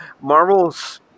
Marvel's